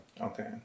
Okay